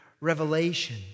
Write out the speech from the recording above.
Revelation